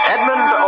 Edmund